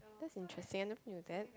that's interesting I never knew that